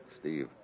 Steve